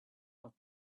what